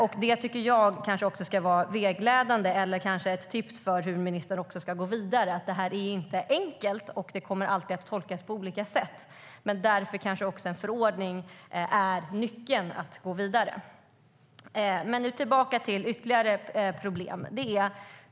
Det tycker jag kanske också ska vara vägledande. Eller det kanske är ett tips för hur ministern ska gå vidare. Det här är inte enkelt, och det kommer alltid att tolkas på olika sätt. Men därför kanske också en förordning är nyckeln för att gå vidare. Nu ska jag ta upp ytterligare problem.